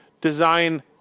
design